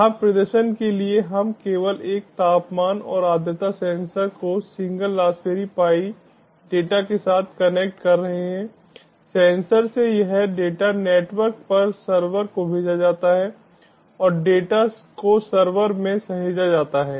यहां प्रदर्शन के लिए हम केवल एक तापमान और आर्द्रता सेंसर को सिंगल रासबेरी पाई डेटा के साथ कनेक्ट कर रहे हैं सेंसर से यह डेटा नेटवर्क पर सर्वर को भेजा जाता है और डेटा को सर्वर में सहेजा जाता है